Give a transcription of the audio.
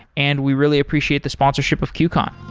and we really appreciate the sponsorship of qcon.